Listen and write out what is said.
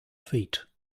feet